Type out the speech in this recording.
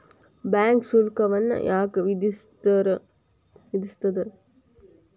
Bank ಶುಲ್ಕವನ್ನ ಯಾಕ್ ವಿಧಿಸ್ಸ್ತದ?